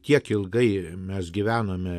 tiek ilgai mes gyvenome